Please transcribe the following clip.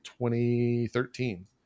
2013